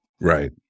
right